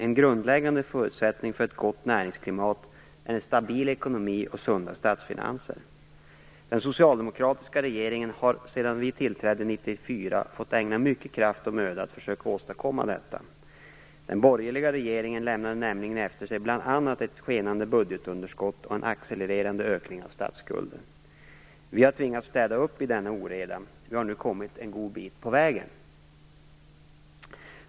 En grundläggande förutsättning för ett gott näringsklimat är en stabil ekonomi och sunda statsfinanser. Den socialdemokratiska regeringen har sedan den tillträdde 1994 fått ägna mycket kraft och möda för att försöka åstadkomma detta. Den borgerliga regeringen lämnade nämligen efter sig bl.a. ett skenande budgetunderskott och en accelererande ökning av statsskulden. Vi har tvingats städa upp i denna oreda. Vi har nu kommit en god bit på väg.